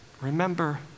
remember